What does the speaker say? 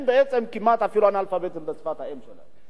בקרבם הם בעצם כמעט אפילו אנאלפביתיים בשפת האם שלהם,